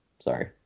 Sorry